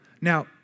Now